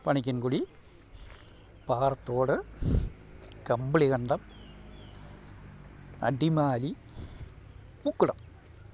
Panikkankudi Parathodu Kambilikandam Adimali Mukkudam